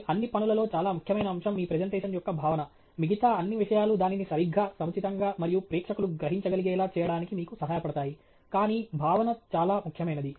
మీ అన్ని పనులలో చాలా ముఖ్యమైన అంశం మీ ప్రెజెంటేషన్ యొక్క భావన మిగతా అన్ని విషయాలు దానిని సరిగ్గా సముచితంగా మరియు ప్రేక్షకులు గ్రహించగలిగేలా చేయడానికి మీకు సహాయపడతాయి కానీ భావన చాలా ముఖ్యమైనది